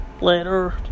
later